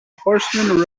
horseman